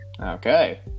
Okay